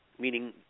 meaning